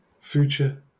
future